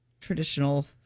traditional